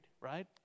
right